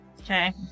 Okay